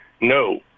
no